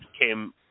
came –